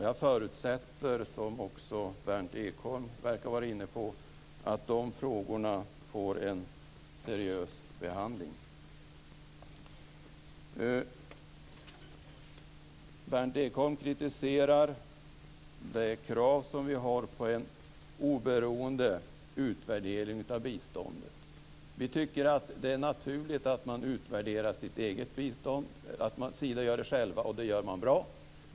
Jag förutsätter, vilket också Berndt Ekholm verkar vara inne på, att frågorna där får en seriös behandling. Berndt Ekholm kritiserar vårt krav på en oberoende utvärdering av biståndet. Vi tycker att det är naturligt att man utvärderar sitt eget bistånd. Sida gör det själv, och det gör man bra.